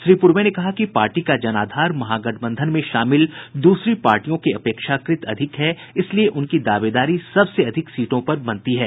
श्री पूर्वे ने कहा कि पार्टी का जनाधार महागठबंधन में शामिल द्रसरी पार्टियों के अपेक्षाकृत अधिक है इसलिए उनकी दावेदारी सबसे अधिक सीटों पर बनती है